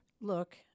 look